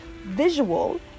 visual